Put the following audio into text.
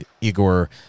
Igor